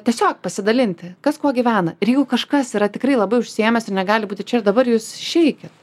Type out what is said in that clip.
tiesiog pasidalinti kas kuo gyvena ir jeigu kažkas yra tikrai labai užsiėmęs ir negali būti čia ir dabar jūs išeikit